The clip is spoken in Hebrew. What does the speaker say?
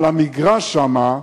על המגרש שם,